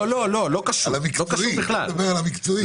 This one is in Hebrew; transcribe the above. אני מדבר על המקצועי.